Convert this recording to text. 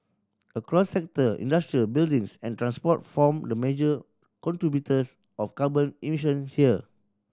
across sector industry buildings and transport form the major contributors of carbon emission here